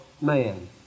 man